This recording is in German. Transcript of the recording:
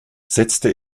setzte